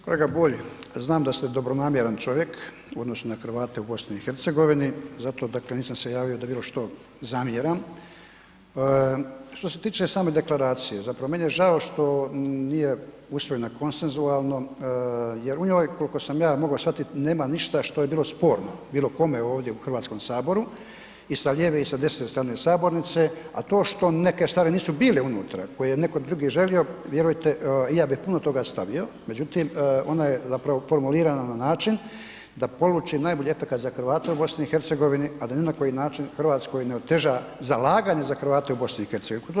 Kolega Bulj, znam da ste dobronamjeran čovjek u odnosu na Hrvate u BiH, zato dakle, nisam se javio da bilo što zamjeram, što se tiče same deklaracije, zapravo meni je žao što nije usmena konsensualno jer u njoj kolko sam ja mogao shvatit, nema ništa što je bilo sporno bilo kome ovdje u HS i sa lijeve i sa desne strane sabornice, a to što neke strane nisu bile unutra koje je netko drugi želio, vjerujte i ja bih puno toga stavio međutim, ona je zapravo formulirana na način da poluči najbolje za Hrvate u BiH, a da ni na koji način Hrvatskoj ne oteža zalaganje za Hrvate u BiH.